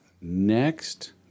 Next